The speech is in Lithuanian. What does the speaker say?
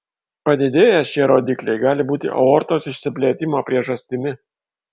padidėję šie rodikliai gali būti aortos išsiplėtimo priežastimi